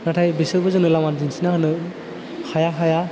नाथाय बिसोरबो जोंनो लामा दिन्थिना होनो हाया हाया